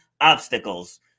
obstacles